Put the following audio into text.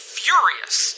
furious